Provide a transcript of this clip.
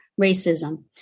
racism